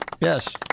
yes